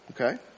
Okay